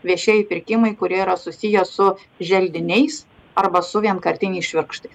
viešieji pirkimai kurie yra susiję su želdiniais arba su vienkartiniais švirkštais